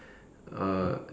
uh